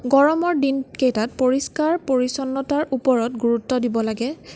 গৰমৰ দিনকেইটাত পৰিষ্কাৰ পৰিচ্ছন্নতাৰ ওপৰত গুৰুত্ব দিব লাগে